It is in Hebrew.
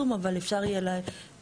אי אפשר יהיה במקרה הזה להטיל עיצום,